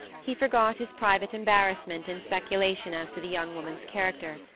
he forgot his private embarrassment in speculation as to the young woman's character.